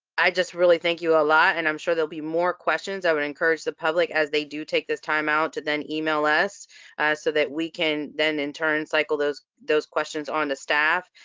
i just really thank you a lot, and i'm sure there'll be more questions. i would encourage the public as they do take this time out to then email us so that we can then, in turn, cycle those those questions on to staff.